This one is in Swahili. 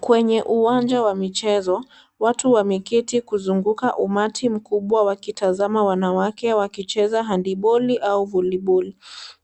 Kwenye uwanja wa michezo, watu wameketi kuzunguka umati mkubwa wakitazama wanawake wakicheza handiboli au voliboli,